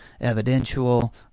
evidential